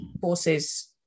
forces